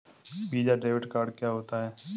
Visa debit card क्या होता है?